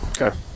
Okay